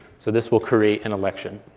so this will create an election.